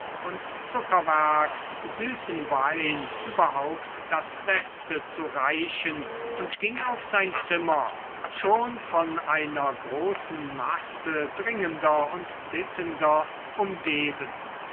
uns zuckerwerk süßen wein überhaupt das beste zu reichen und ging auf sein zimmer schon von einer großen masse dringender und bittender umgeben